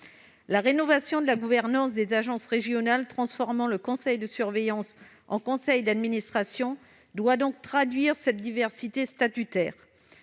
La rénovation de la gouvernance des agences régionales transformant le conseil de surveillance en conseil d'administration doit donc traduire cette diversité statutaire.